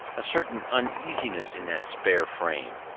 a certain uneasiness in that spare frame,